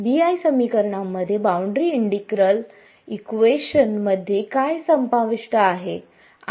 BI समीकरणांमध्ये boundary integral इक्वेशनमध्ये काय समाविष्ट आहे